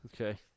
okay